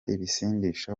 ibisindisha